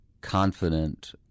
confident